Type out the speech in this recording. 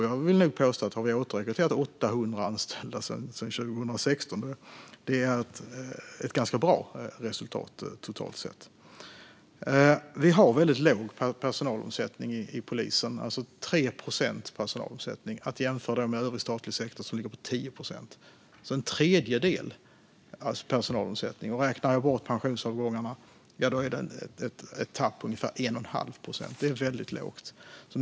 Jag vill nog påstå att det totalt sett är ett ganska bra resultat att ha återrekryterat 800 anställda sedan 2016. Polisen har väldigt låg personalomsättning; den är 3 procent. Det kan jämföras med övrig statlig sektor, som ligger på 10 procent. Polisens personalomsättning är alltså en tredjedel av detta. Om man räknar bort pensionsavgångarna är tappet ungefär 1 1⁄2 procent. Det är väldigt lågt.